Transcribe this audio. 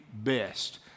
best